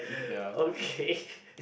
okay